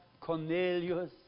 Cornelius